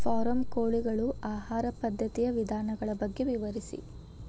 form ಕೋಳಿಗಳ ಆಹಾರ ಪದ್ಧತಿಯ ವಿಧಾನಗಳ ಬಗ್ಗೆ ವಿವರಿಸಿ